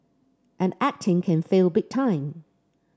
and acting can fail big time